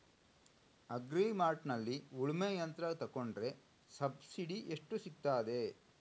Agri ಮಾರ್ಟ್ನಲ್ಲಿ ಉಳ್ಮೆ ಯಂತ್ರ ತೆಕೊಂಡ್ರೆ ಸಬ್ಸಿಡಿ ಎಷ್ಟು ಸಿಕ್ತಾದೆ?